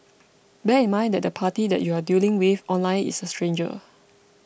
bear in mind that the party that you are dealing with online is a stranger